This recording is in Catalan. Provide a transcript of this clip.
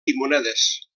timonedes